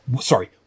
Sorry